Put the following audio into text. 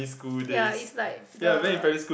ya is like the